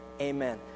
amen